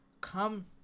come